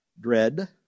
dread